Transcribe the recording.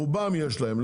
רובם יש להם.